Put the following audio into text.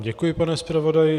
Děkuji, pane zpravodaji.